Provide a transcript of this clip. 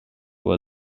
were